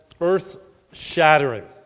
earth-shattering